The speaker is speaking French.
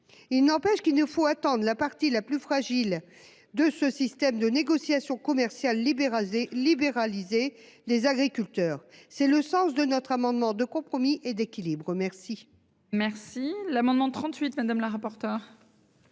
Il n'empêche qu'il faut protéger la partie la plus fragile de ce système de négociations commerciales libéralisé : les agriculteurs. C'est le sens de notre amendement de compromis et d'équilibre. La